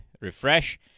refresh